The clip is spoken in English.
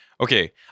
Okay